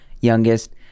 youngest